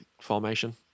formation